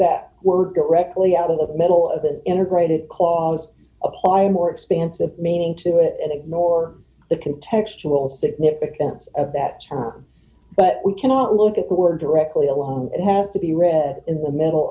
that word directly out of the middle of an integrated clause apply a more expansive meaning to it and ignore the can textual significance of that term but we cannot look at who are directly alone and have to be read in the middle